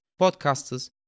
podcasters